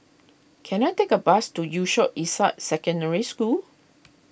can I take a bus to Yusof Ishak Secondary School